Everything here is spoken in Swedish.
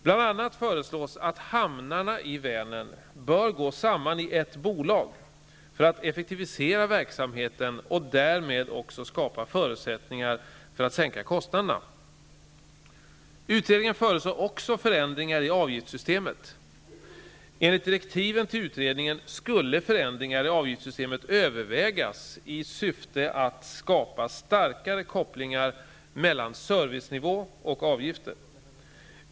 Bl.a. föreslås att hamnarna i Vänern bör gå samman i ett bolag för att effektivisera verksamheten och därmed också skapa förutsättningar för att sänka kostnaderna. Utredningen föreslår också förändringar i avgiftssystemet. Enligt direktiven till utredningen skulle förändringar i avgiftssystemet övervägas i syfte att skapa starkare kopplingar mellan servicenivå och avgifter.